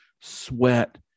sweat